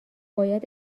باید